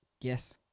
Yes